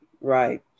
right